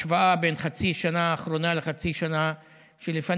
השוואה בין חצי השנה האחרונה לחצי השנה שלפניה,